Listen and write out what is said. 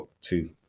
two